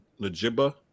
Najiba